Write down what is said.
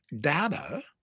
data